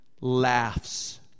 laughs